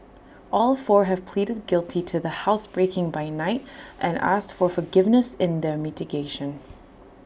all four have pleaded guilty to the housebreaking by night and asked for forgiveness in their mitigation